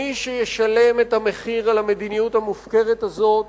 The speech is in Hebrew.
מי שישלם את המחיר על המדיניות המופקרת הזאת